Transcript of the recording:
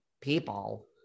people